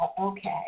okay